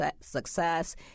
success